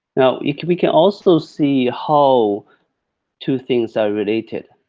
now we can we can also see how two things are related.